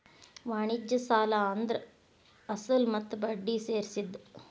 ವಾಣಿಜ್ಯ ಸಾಲ ಅಂದ್ರ ಅಸಲ ಮತ್ತ ಬಡ್ಡಿ ಸೇರ್ಸಿದ್